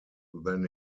than